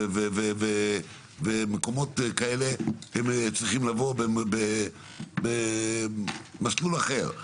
מקומות כאלה צריכים לבוא במסלול אחר.